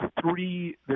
three